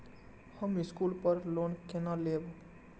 हम स्कूल पर लोन केना लैब?